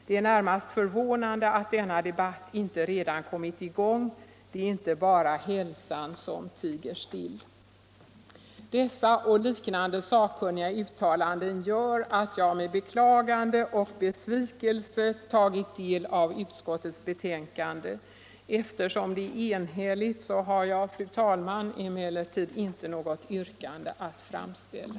Det är närmast förvånande att denna debatt inte redan kommit i gång — det är inte bara hälsan som tiger still.” Dessa och liknande sakkunniga uttalanden gör att jag med beklagande och besvikelse tagit del av utskottets betänkande. Eftersom det är enhälligt har jag, fru talman, inte något yrkande att framställa.